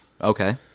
Okay